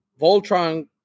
Voltron